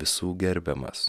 visų gerbiamas